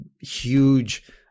huge